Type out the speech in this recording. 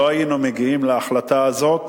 לא היינו מגיעים להחלטה הזאת